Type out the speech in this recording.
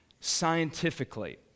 scientifically